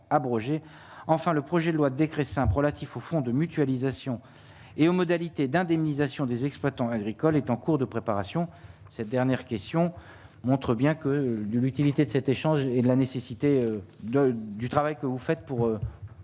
enfin le projet de loi des chrétiens pro-Latif au fonds de mutualisation et aux modalités d'indemnisation des exploitants agricoles est en cours de préparation cette dernière question, montre bien que l'utilité de cet échange et la nécessité de du travail que vous faites pour.